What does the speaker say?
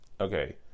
okay